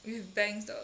with bangs 的